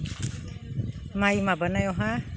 माइ माबानायावहा